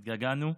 התגעגענו.